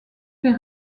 fait